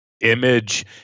image